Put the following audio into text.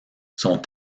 sont